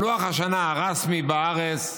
לוח השנה הרשמי בארץ,